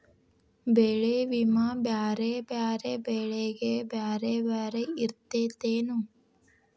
ಬೆಳೆ ವಿಮಾ ಬ್ಯಾರೆ ಬ್ಯಾರೆ ಬೆಳೆಗೆ ಬ್ಯಾರೆ ಬ್ಯಾರೆ ಇರ್ತೇತೆನು?